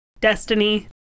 Destiny